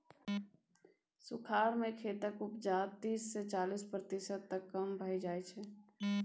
सुखाड़ि सँ खेतक उपजा तीस सँ चालीस प्रतिशत तक कम भए जाइ छै